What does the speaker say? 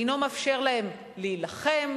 אינו מאפשר להם להילחם,